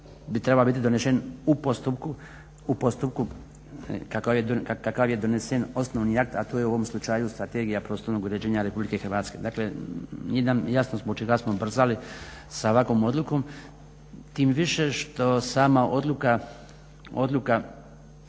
bi trebao biti donesen u postupku, u postupku kakav je donesen osnovni akt a to je u ovom slučaju Strategija prostornog uređenja Republike Hrvatske. Dakle, nije nam jasno zbog čega smo ubrzali sa ovakvom odlukom. Tim više što sama odluka